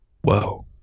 Whoa